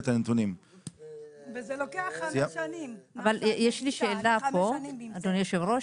יש לי שאלה, אדוני היושב-ראש.